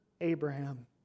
Abraham